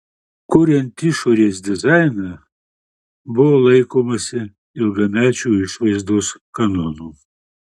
kuriant išorės dizainą buvo laikomasi ilgamečių išvaizdos kanonų